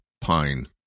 Pine